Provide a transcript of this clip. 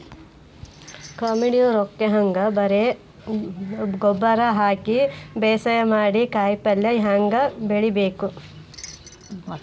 ಕಡಿಮಿ ರೊಕ್ಕನ್ಯಾಗ ಬರೇ ಗೊಬ್ಬರ ಹಾಕಿ ಬೇಸಾಯ ಮಾಡಿ, ಕಾಯಿಪಲ್ಯ ಹ್ಯಾಂಗ್ ಬೆಳಿಬೇಕ್?